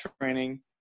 training